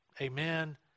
Amen